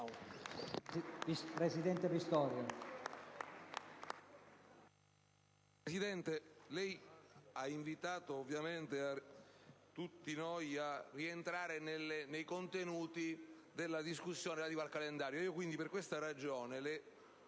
Presidente, lei ha ovviamente invitato tutti noi a rientrare nei contenuti della discussione relativa al calendario. Quindi, per questa ragione le